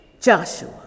Joshua